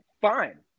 Fine